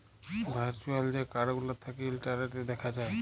virtual যে card গুলা থ্যাকে ইলটারলেটে দ্যাখা যায়